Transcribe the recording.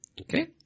Okay